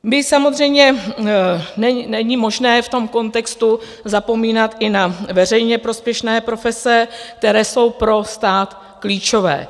My samozřejmě není možné v tom kontextu zapomínat i na veřejně prospěšné profese, které jsou pro stát klíčové.